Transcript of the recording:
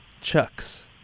Chucks